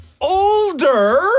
older